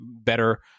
better